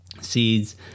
seeds